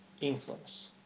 influence